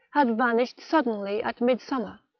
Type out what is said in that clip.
had vanished suddenly at midsummer,